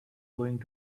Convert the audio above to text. going